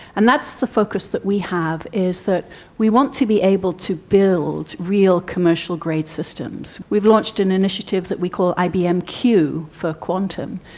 and that's the focus that we have, is that we want to be able to build real commercial-grade systems. we've launched an initiative that we call ibm q for quantum,